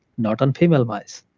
not on female mice.